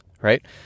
Right